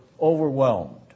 overwhelmed